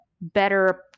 better